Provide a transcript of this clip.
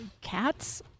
cats